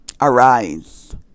arise